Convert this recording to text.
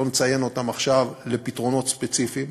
שלא נציין אותם עכשיו לפתרונות ספציפיים,